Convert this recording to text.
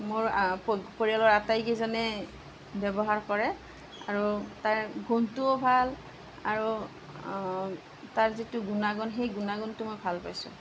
মোৰ পৰিয়ালৰ আটাইকেইজনে ব্যৱহাৰ কৰে আৰু তাৰ গোন্ধটোও ভাল আৰু তাৰ যিটো গুণাগুণ সেই গুণাগুণটো মই ভাল পাইছোঁ